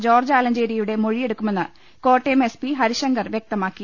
George ആലഞ്ചേരിയുടെ മൊഴിയെടുക്കുമെന്ന് Kottayam S P Harishankar വ്യക്തമാക്കി